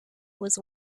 was